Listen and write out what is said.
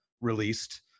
released